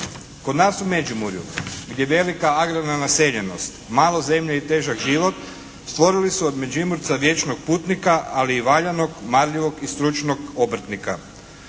Kod nas u Međimurju gdje je velika agrarna naseljenost, malo zemlje i težak život stvorili su od Međimurca vječnog putnika, ali i valjanog marljivog i stručnog obrtnika.